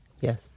Yes